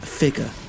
figure